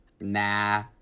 Nah